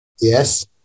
Yes